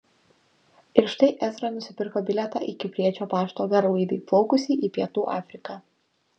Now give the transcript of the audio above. ir štai ezra nusipirko bilietą į kipriečio pašto garlaivį plaukusį į pietų afriką